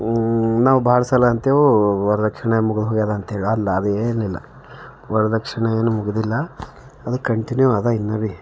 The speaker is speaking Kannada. ನಾವು ಭಾಳ ಸಲ ಅಂತೇವೆ ವರದಕ್ಷಿಣೆ ಮುಗಿದೋಗ್ಯದ ಅಂಥೇಳಿ ಅಲ್ಲ ಅದೇನಿಲ್ಲ ವರದಕ್ಷಿಣೆ ಏನೂ ಮುಗ್ದಿಲ್ಲ ಅದು ಕಂಟಿನ್ಯೂ ಅದಾ ಇನ್ನು ಬೀ